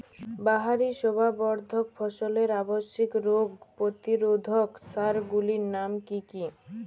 বাহারী শোভাবর্ধক ফসলের আবশ্যিক রোগ প্রতিরোধক সার গুলির নাম কি কি?